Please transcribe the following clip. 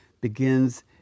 begins